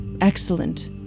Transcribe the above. excellent